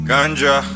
Ganja